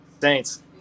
Saints